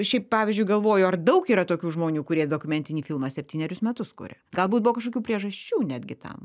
šiaip pavyzdžiui galvoju ar daug yra tokių žmonių kurie dokumentinį filmą septynerius metus kuria galbūt buvo kažkokių priežasčių netgi tam